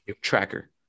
tracker